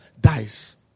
dies